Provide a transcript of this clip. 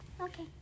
Okay